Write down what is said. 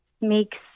makes